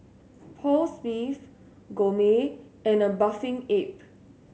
Paul Smith Gourmet and A Bathing Ape